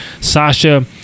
sasha